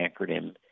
acronym